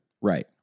Right